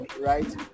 right